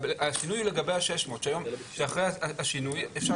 השינוי הוא לגבי ה-600 שאחרי השינוי אפשר